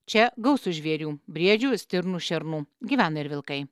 čia gausu žvėrių briedžių stirnų šernų gyvena ir vilkai